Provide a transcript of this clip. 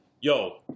yo